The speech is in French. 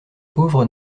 pauvres